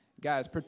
Guys